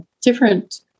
different